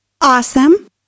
Awesome